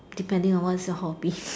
depending on what is the hobby